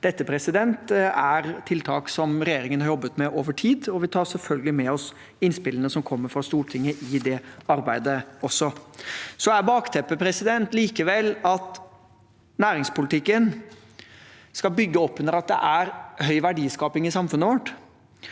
Dette er tiltak som regjeringen har jobbet med over tid, og vi tar selvfølgelig med oss innspillene som kommer fra Stortinget også i det arbeidet. Bakteppet er likevel at næringspolitikken skal bygge opp under at det er høy verdiskaping i samfunnet vårt.